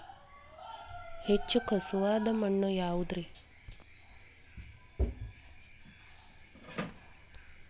ಹೆಚ್ಚು ಖಸುವಾದ ಮಣ್ಣು ಯಾವುದು ರಿ?